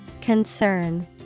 Concern